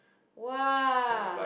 !wah!